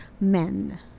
men